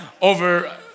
over